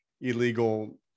illegal